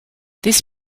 this